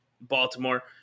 Baltimore